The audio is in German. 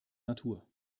natur